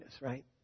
right